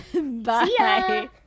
bye